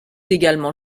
également